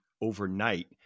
overnight